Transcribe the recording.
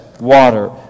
water